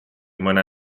mõne